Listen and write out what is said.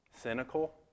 cynical